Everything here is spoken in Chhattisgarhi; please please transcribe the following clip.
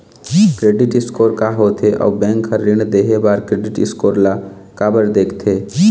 क्रेडिट स्कोर का होथे अउ बैंक हर ऋण देहे बार क्रेडिट स्कोर ला काबर देखते?